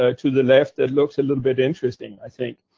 ah to the left, that looks a little bit interesting, i think.